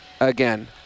again